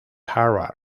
harvard